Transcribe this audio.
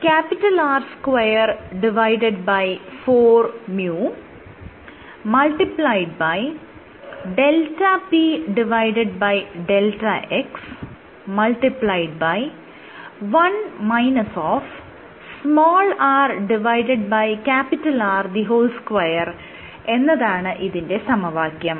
R24µδpδx 1 rR2 എന്നതാണ് ഇതിന്റെ സമവാക്യം